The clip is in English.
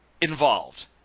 involved